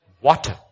water